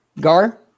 gar